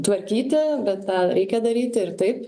tvarkyti bet tą reikia daryti ir taip